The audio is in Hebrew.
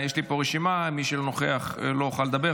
יש לי פה רשימה, מי שלא נוכח לא יוכל לדבר.